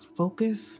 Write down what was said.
focus